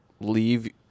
leave